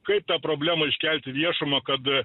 kaip tą problemą iškelt į viešumą kad